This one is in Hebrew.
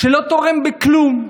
שלא תורם בכלום,